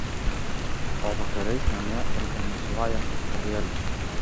o vakarais namie organizuoja vakarėlius